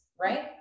Right